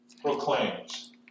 proclaims